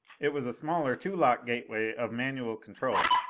it was a smaller two-lock gateway of manual control,